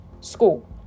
school